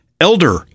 elder